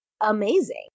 amazing